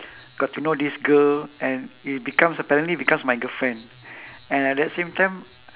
got to know this girl and it becomes apparently becomes my girlfriend and at the same time